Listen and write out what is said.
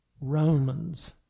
Romans